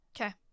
Okay